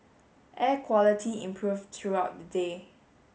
air quality improved throughout the day